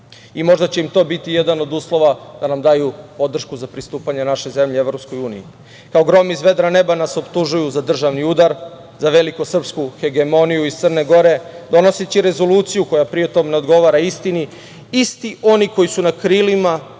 i možda će im i to biti jedan od uslova da nam daju podršku za pristupanje naše zemlje EU.Kao grom iz vedra neba nas optužuju za državni udar, za veliku srpsku hegemoniju iz Crne Gore, donoseći rezoluciju koja pritom ne odgovara istini, isti oni koji su na krilima